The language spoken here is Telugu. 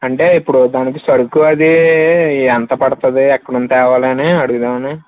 అంటే ఇప్పుడు మనకి సరుకు అది ఎంత పడుతుంది ఎక్కడ నుంచి తేవాలి అని అడుగుదామని